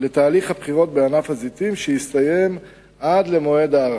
לתהליך הבחירות בענף הזיתים שיסתיים עד למועד ההארכה.